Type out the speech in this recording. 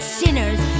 sinners